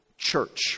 Church